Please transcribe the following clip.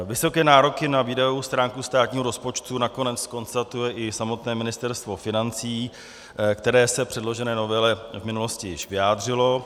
Vysoké nároky na výdajovou stránku státního rozpočtu nakonec konstatuje i samotné Ministerstvo financí, které se k předložené novele v minulosti již vyjádřilo.